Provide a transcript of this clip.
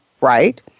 right